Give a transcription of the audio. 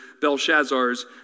Belshazzar's